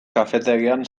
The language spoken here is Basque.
kafetegian